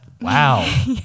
wow